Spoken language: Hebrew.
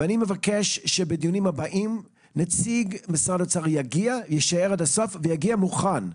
אני מבקש שבדיונים הבאים נציג משרד האוצר יישאר עד הסוף ויגיע מוכן,